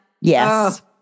Yes